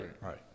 Right